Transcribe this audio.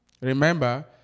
Remember